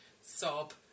sob